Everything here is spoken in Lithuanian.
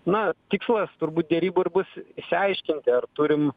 na tikslas turbūt derybų ir bus išaiškinti ar turim